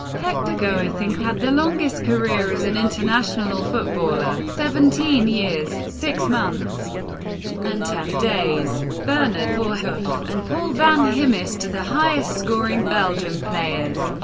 hector goetinck had the longest career as an international footballer seventeen years, six months and ten days. bernard voorhoof and paul van himst are the highest-scoring belgium players,